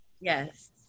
Yes